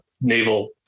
naval